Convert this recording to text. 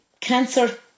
Cancer